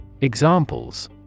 Examples